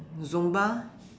zumba